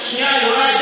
שנייה, יוראי.